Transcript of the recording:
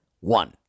One